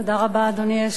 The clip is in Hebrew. אדוני היושב-ראש,